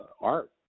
art